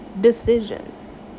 Decisions